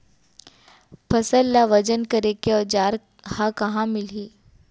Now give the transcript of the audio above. फसल ला वजन करे के औज़ार हा कहाँ मिलही?